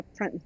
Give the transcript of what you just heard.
upfront